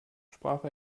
sprach